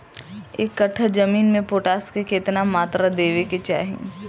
एक कट्ठा जमीन में पोटास के केतना मात्रा देवे के चाही?